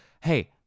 hey